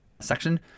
section